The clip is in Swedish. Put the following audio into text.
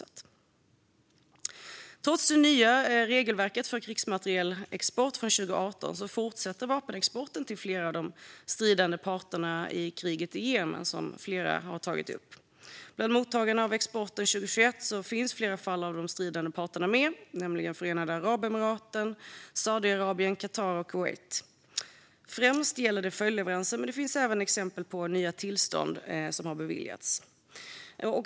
Trots det nya regelverket för krigsmaterielexport från 2018 fortsätter, som flera har tagit upp här, vapenexporten till flera av de stridande parterna i kriget i Jemen. Bland mottagarna av exporten 2021 finns flera av de stridande parterna med, nämligen Förenade Arabemiraten, Saudiarabien, Qatar och Kuwait. Främst gäller det följdleveranser, men det finns även exempel på nya tillstånd som har beviljats.